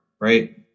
right